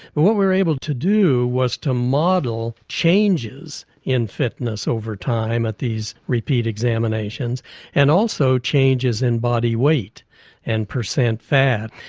but what we were able to do was to model changes in fitness over time at these repeat examinations and also changes in bodyweight and percent fat.